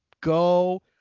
go